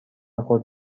خود